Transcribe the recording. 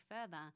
further